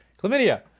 chlamydia